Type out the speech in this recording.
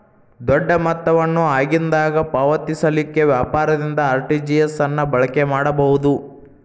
ದೊಡ್ಡ ಮೊತ್ತವನ್ನು ಆಗಿಂದಾಗ ಪಾವತಿಸಲಿಕ್ಕೆ ವ್ಯಾಪಾರದಿಂದ ಆರ್.ಟಿ.ಜಿ.ಎಸ್ ಅನ್ನ ಬಳಕೆ ಮಾಡಬಹುದು